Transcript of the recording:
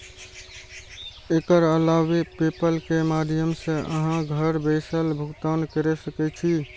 एकर अलावे पेपल के माध्यम सं अहां घर बैसल भुगतान कैर सकै छी